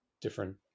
different